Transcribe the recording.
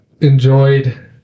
enjoyed